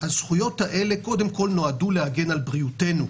הזכויות האלה קודם כל נועדו להגן על בריאותנו.